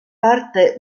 parte